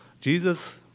Jesus